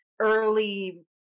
early